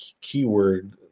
keyword